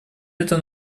этом